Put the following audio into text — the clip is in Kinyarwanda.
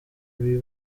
ibi